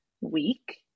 week